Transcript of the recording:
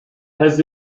has